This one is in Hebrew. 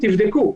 תבדקו.